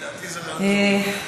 לדעתי זה רעיון טוב.